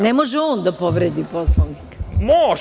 Ne može on da povredi Poslovnik.